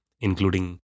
including